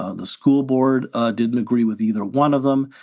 ah the school board didn't agree with either one of them.